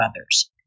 others